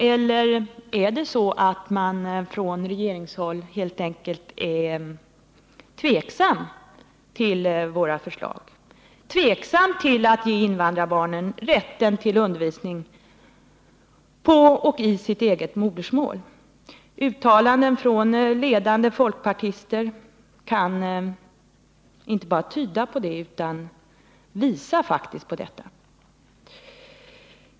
Eller är det så att man från regeringshåll helt enkelt är tveksam till våra förslag? Är man tveksam till att ge invandrarbarnen rätten till undervisning på och i sitt eget modersmål? Uttalanden från ledande folkpartister kan inte bara tyda på det utan visar faktiskt på detta.